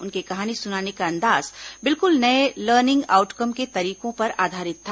उनके कहानी सुनाने का अंदाज बिल्कुल नये लर्निंग आउटकम के तरीकों पर आधारित था